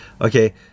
Okay